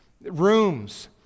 Rooms